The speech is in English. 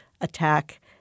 attack